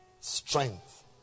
Strength